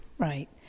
Right